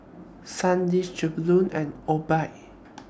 Sandisk Jollibean and Obike